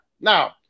Now